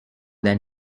than